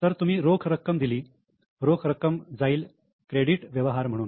तर तुम्ही रोख रक्कम दिली रोख रक्कम जाईल क्रेडिट व्यवहार म्हणून